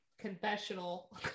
confessional